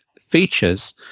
features